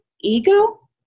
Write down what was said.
ego